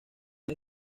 mes